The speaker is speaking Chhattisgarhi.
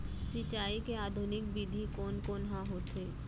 सिंचाई के आधुनिक विधि कोन कोन ह होथे?